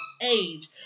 age